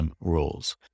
rules